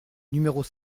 numéros